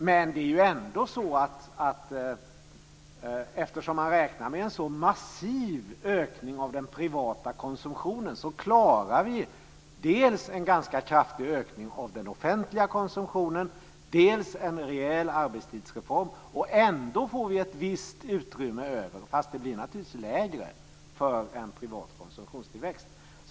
Men eftersom man räknar med en sådan massiv ökning av den privata konsumtionen, klarar vi ändå dels en ganska kraftig ökning av den offentliga konsumtionen, dels en rejäl arbetstidsreform. Ändå får vi ett visst utrymme över, fast det naturligtvis blir lägre, för en privat konsumtionstillväxt.